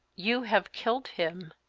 you have killed him!